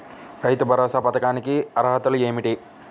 రైతు భరోసా పథకానికి అర్హతలు ఏమిటీ?